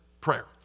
prayer